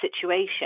situation